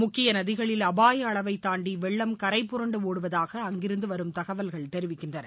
முக்கிய நதிகளில் அபாய அளவைத் தாண்டி வெள்ளம் கரைபுரண்டு ஒடுவதாக அங்கிருந்து வரும் தகவல்கள் தெரிவிக்கின்றன